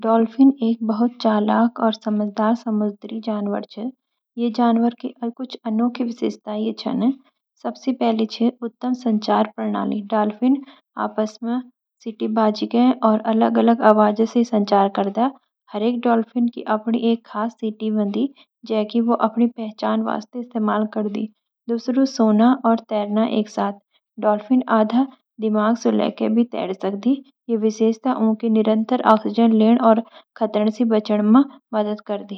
डॉल्फिन एक बहुत चालाक और समझदार समुद्री जनावर ह्वे। यी जनावर की कुछ अनोखी विशेषताएँ ऐ छन, 1- उत्तम संचार प्रणाली: डॉल्फिन आपस में सिटी बजाके और अलग-अलग आवाज़ों से संचार करदां। हरेक डॉल्फिन की अपनी एक खास सिटी ह्वे, जैकि वो अपनी पहचान वास्ते इस्तेमाल करदी। 2 - सोना और तैरना एक साथ: डॉल्फिन आधा दिमाग सुलाके भी तैर सकदां। यी विशेषता उनरू निरंतर ऑक्सीजन लेण और खतरणी से बचण मा मदद करदी।